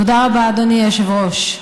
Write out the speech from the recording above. תודה רבה, אדוני היושב-ראש.